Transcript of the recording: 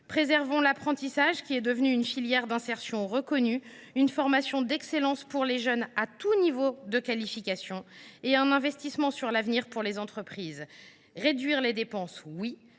Préservons l’apprentissage, qui est devenu une filière d’insertion reconnue, une formation d’excellence pour les jeunes à tout niveau de qualification, et un investissement sur l’avenir pour les entreprises. Réduire les dépenses est